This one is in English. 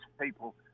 people